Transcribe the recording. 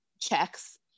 checks